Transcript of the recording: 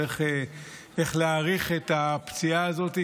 או איך להעריך את הפציעה הזאת,